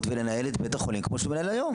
ולנהל את בית החולים כמו שהוא מנהל היום.